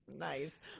nice